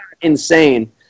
insane